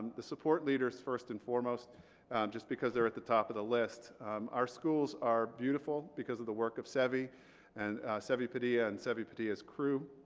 the support leaders first and foremost just because they're at the top of the list our schools are beautiful because of the work of sevi and sevi padilla and sevi padilla's crew.